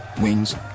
Wings